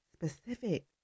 specific